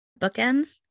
bookends